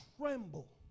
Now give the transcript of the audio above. tremble